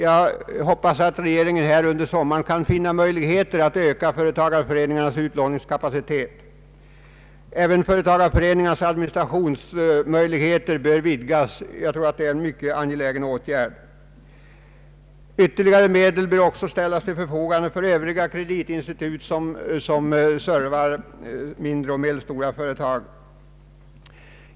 Jag hoppas att regeringen under sommaren skall finna möjligheter att öka företagareföreningarnas utlåningskapacitet. även hjälpen till föreningarnas administration bör ökas. Jag tror att det är en mycket angelägen åtgärd. Ytterligare medel bör också ställas till förfogande för övriga kreditinstitut som betjänar mindre och medelstora företag.